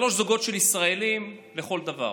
שלושה זוגות של ישראלים לכל דבר,